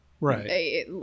right